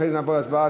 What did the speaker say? אחרי זה נעבור להצבעה.